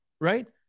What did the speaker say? Right